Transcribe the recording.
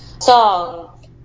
song